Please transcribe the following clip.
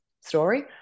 story